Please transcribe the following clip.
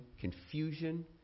confusion